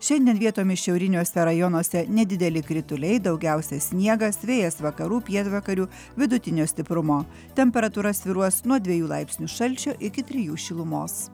šiandien vietomis šiauriniuose rajonuose nedideli krituliai daugiausia sniegas vėjas vakarų pietvakarių vidutinio stiprumo temperatūra svyruos nuo dviejų laipsnių šalčio iki trijų šilumos